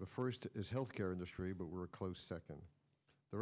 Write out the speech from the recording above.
the first is health care industry but we're a close second t